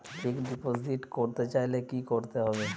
Fixed deposit করতে চাইলে কি করতে হবে?